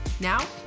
Now